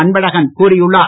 அன்பழகன் கூறியுள்ளார்